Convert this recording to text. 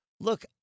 look